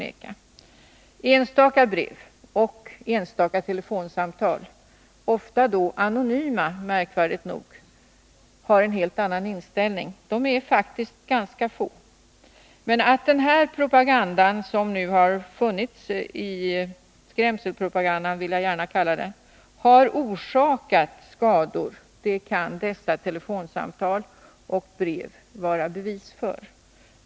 Enstaka brev och enstaka telefonsamtal — ofta anonyma, märkvärdigt nog — visar en helt annan inställning. De är faktiskt ganska få. Att den här skrämselpropagandan, som jag gärna vill kalla den, har orsakat skador kan dessa telefonsamtal och brev vara bevis för.